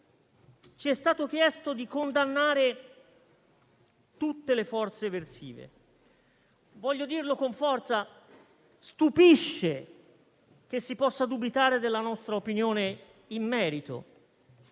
ci è stato chiesto di condannare tutte le forze eversive. Voglio dirlo con forza: stupisce che si possa dubitare della nostra opinione in merito.